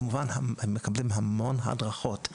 כמובן שהם מקבלים המון הדרכות,